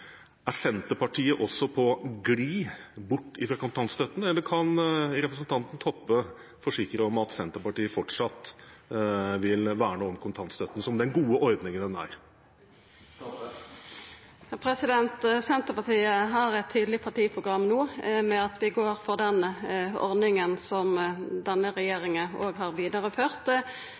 Er Senterpartiet også på glid bort fra kontantstøtten, eller kan representanten Toppe forsikre om at Senterpartiet fortsatt vil verne om kontantstøtten som den gode ordningen den er? Senterpartiet har eit tydeleg partiprogram no med at vi går for den ordninga som denne regjeringa òg har vidareført,